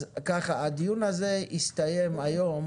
אז ככה: הדיון הזה הסתיים היום,